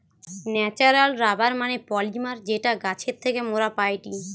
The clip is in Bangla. ন্যাচারাল রাবার মানে পলিমার যেটা গাছের থেকে মোরা পাইটি